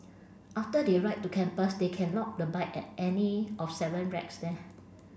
after they ride to campus they can lock the bike at any of seven racks there